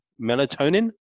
melatonin